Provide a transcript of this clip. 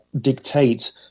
dictate